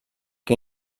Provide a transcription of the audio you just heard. que